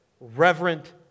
Reverent